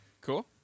Cool